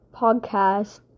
podcast